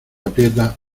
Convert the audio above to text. aprieta